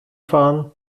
fahren